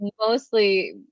mostly